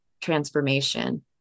transformation